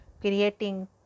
creating